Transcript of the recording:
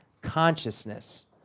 consciousness